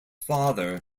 father